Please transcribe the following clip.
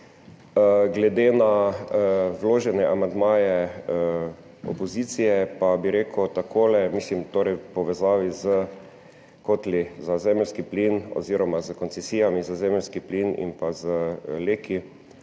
Glede na vložene amandmaje opozicije pa bi rekel takole, torej v povezavi s kotli za zemeljski plin oziroma s koncesijami za zemeljski plin in pa z LEK-i,